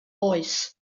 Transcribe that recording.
oes